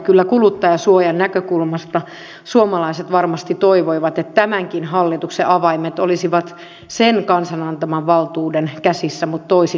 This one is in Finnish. kyllä kuluttajansuojan näkökulmasta suomalaiset varmasti toivoivat että tämänkin hallituksen avaimet olisivat kansan antaman valtuuden käsissä mutta toisin on käynyt